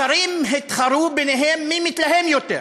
שרים התחרו ביניהם מי מתלהם יותר,